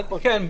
כן,